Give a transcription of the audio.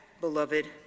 beloved